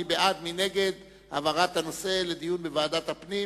מי בעד ומי נגד העברת הנושא לדיון בוועדת הפנים